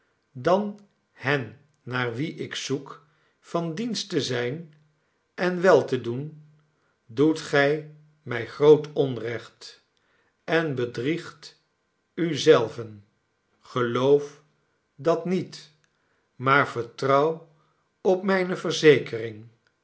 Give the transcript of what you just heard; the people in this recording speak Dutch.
dan hen naar wie ik zoek van dienst te zijn en wel te doen doet gij mij groot onrecht en bedriegt u zelven geloof dat niet maar vertrouw op mijne verzekering